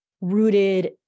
rooted